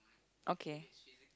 okay